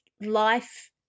life